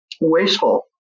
wasteful